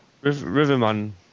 Riverman